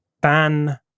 ban